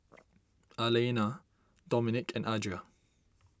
Alaina Dominik and Adria